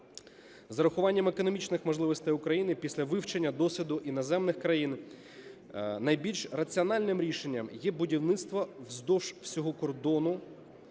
З урахуванням економічних можливостей України після вивчення досвіду іноземних країн найбільш раціональним рішенням є будівництво вздовж усього кордону